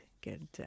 good